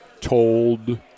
told